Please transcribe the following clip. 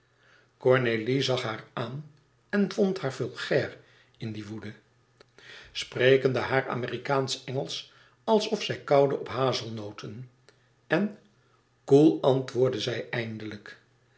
cornélie zag haar aan en vond haar vulgair in die woede sprekende haar amerikaansch engelsch alsof zij kauwde op hazelnooten en koel antwoordde zij eindelijk